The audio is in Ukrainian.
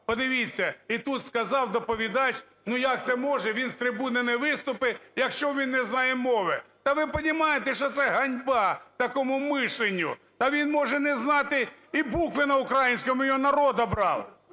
Подивіться, і тут сказав доповідач, ну, як це може: він з трибуни не виступить, якщо він не знає мови. Та вы понимаете, що це ганьба такому мисленню. Та він може не знати і букви на українському, а його народ обрав.